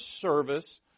service